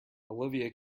olivia